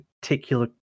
particular